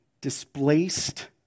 displaced